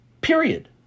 period